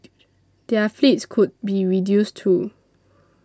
their fleets could be reduced too